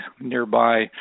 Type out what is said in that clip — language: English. nearby